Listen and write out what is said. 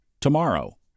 tomorrow